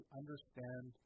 understand